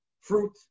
fruit